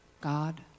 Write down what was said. God